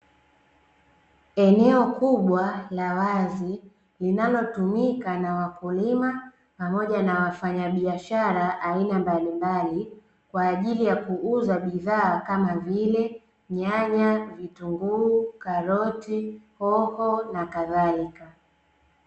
Eneo kubwa la wazi, linalotumika na wakulima pamoja na wafanyabiashara aina mbalimbali, kwa ajili ya kuuza bidhaa kama vile nyanya, vitunguu, karoti, hoho na kadhalika.